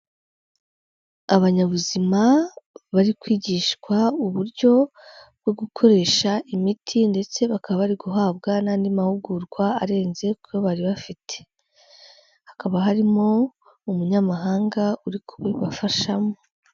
Abanyabuzima bari kwigishwa uburyo bwo gukoresha imiti ndetse bakaba bari guhabwa n'andi mahugurwa arenze ku yo bari bafite, hakaba harimo umunyamahanga uri kubibafashamo.